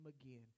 again